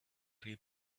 tree